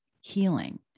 healing